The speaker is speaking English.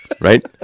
right